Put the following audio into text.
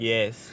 Yes